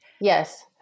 Yes